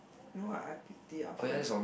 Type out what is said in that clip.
no what I pick it up for you